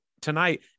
tonight